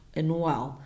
anual